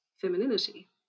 femininity